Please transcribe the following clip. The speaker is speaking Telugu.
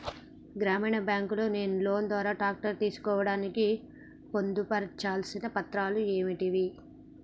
గ్రామీణ బ్యాంక్ లో నేను లోన్ ద్వారా ట్రాక్టర్ తీసుకోవడానికి పొందు పర్చాల్సిన పత్రాలు ఏంటివి?